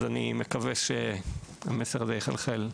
אז, אני מקווה שהמסר הזה יחלחל.